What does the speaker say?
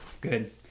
Good